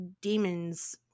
demons